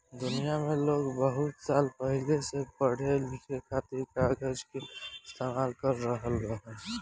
दुनिया में लोग बहुत साल पहिले से पढ़े लिखे खातिर कागज के इस्तेमाल कर रहल बाड़े